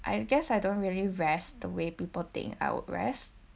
I guess I don't really rest the way people think I would rest